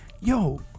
Yo